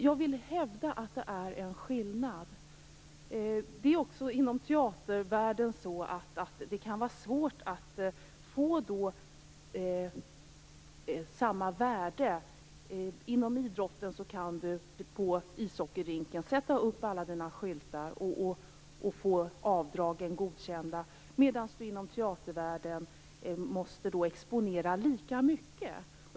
Jag vill hävda att det är en skillnad. Inom teatevärlden kan det också vara svårt att få samma värde. Inom idrotten kan man på ishockeyrinken sätta upp sina skyltar och få avdragen godkända. Inom teatervärlden måste man då exponera lika mycket.